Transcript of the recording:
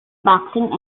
boxing